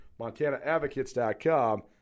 MontanaAdvocates.com